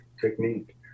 technique